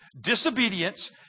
Disobedience